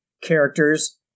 characters